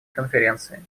конференции